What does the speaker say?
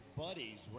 buddies